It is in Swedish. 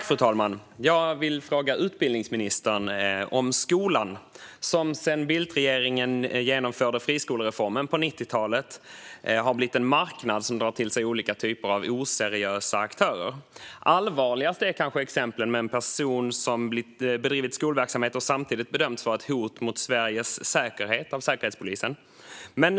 Fru talman! Jag vill fråga utbildningsministern om skolan, som sedan Bildtregeringen genomförde friskolereformen på 90-talet har blivit en marknad som drar till sig olika typer av oseriösa aktörer. Allvarligast är kanske exemplen med en person som bedrivit skolverksamhet och samtidigt av Säkerhetspolisen bedömts vara ett hot mot Sveriges säkerhet.